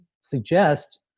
suggest